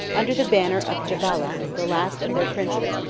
under the banner of jabalah, the last of their princes,